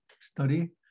study